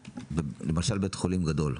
למשל, בית חולים גדול,